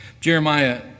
Jeremiah